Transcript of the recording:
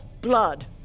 blood